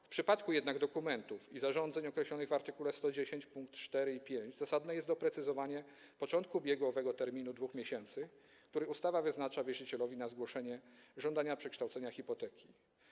W przypadku jednak dokumentów i zarządzeń określonych w art. 110 pkt 4 i 5 zasadne jest doprecyzowanie początku biegu owego terminu 2 miesięcy, który ustawa wyznacza wierzycielowi na zgłoszenie żądania przekształcenia hipoteki.